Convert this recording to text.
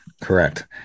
correct